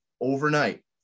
overnight